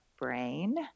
brain